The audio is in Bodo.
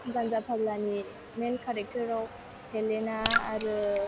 गान्जा फाग्लानि मेन केरेक्टेराव हेलेना आरो